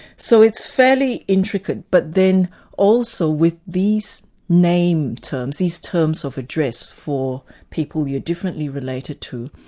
so it's fairly intricate, but then also with these name terms, these terms of address for people you're differently related to,